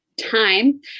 Time